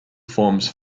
forms